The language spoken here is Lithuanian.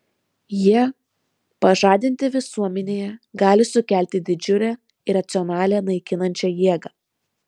jie pažadinti visuomenėje gali sukelti didžiulę iracionalią naikinančią jėgą